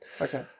Okay